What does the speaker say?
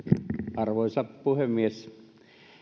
arvoisa puhemies